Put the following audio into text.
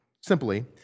simply